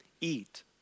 eat